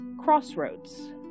crossroads